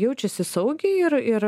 jaučiasi saugiai ir ir